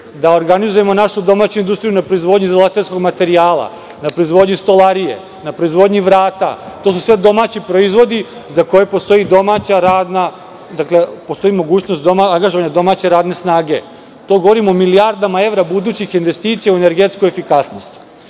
da organizujemo našu domaću industriju na proizvodnji izolaterskog materijala, na proizvodnji stolarije, na proizvodnji vrata. To su sve domaći proizvodi za koje postoji mogućnost angažovanja domaće radne snage. Govorim o milijardama evra budućih investicija u energetskoj efikasnosti